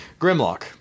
Grimlock